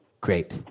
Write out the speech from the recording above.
Great